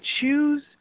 choose